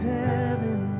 heaven